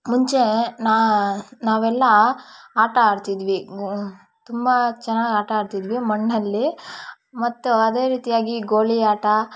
ಮುಂಚೆ ನಾವೆಲ್ಲ ಆಟ ಆಡ್ತಿದ್ವಿ ತುಂಬ ಚೆನ್ನಾಗ್ ಆಟ ಆಡ್ತಿದ್ವಿ ಮಣ್ಣಲ್ಲಿ ಮತ್ತು ಅದೇ ರೀತಿಯಾಗಿ ಗೋಲಿ ಆಟ